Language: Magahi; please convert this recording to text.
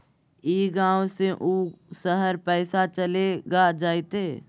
ई गांव से ऊ शहर पैसा चलेगा जयते?